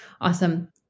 Awesome